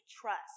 trust